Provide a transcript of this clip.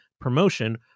promotion